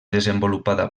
desenvolupada